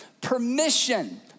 permission